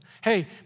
Hey